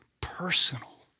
personal